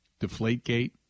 Deflategate